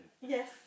yes